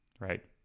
Right